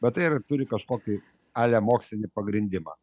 bet tai yra turi kažkokį ale mokslinį pagrindimą